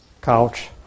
couch